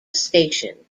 station